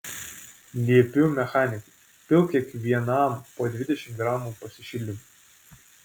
liepiu mechanikui pilk kiekvienam po dvidešimt gramų pasišildymui